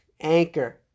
Anchor